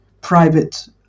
private